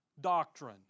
doctrine